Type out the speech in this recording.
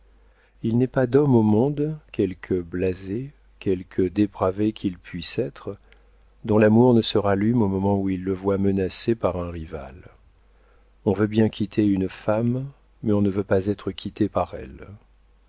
il n'est pas d'homme au monde quelque blasé quelque dépravé qu'il puisse être dont l'amour ne se rallume au moment où il le voit menacé par un rival on veut bien quitter une femme mais on ne veut pas être quitté par elle